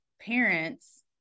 parents